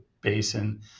Basin